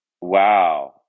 Wow